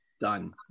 Done